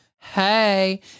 hey